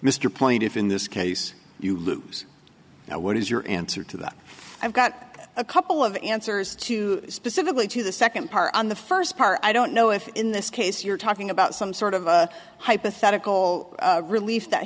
mr plaintiffs in this case you lose what is your answer to that i've got a couple of answers to specifically to the second part on the first part i don't know if in this case you're talking about some sort of hypothetical relief that